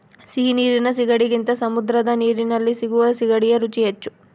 ಸಿಹಿ ನೀರಿನ ಸೀಗಡಿಗಿಂತ ಸಮುದ್ರದ ನೀರಲ್ಲಿ ಸಿಗುವ ಸೀಗಡಿಯ ರುಚಿ ಹೆಚ್ಚು